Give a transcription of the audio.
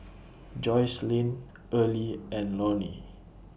Joycelyn Earlie and Lorine